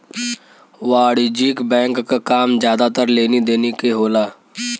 वाणिज्यिक बैंक क काम जादातर लेनी देनी के होला